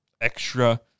extra